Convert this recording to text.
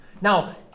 now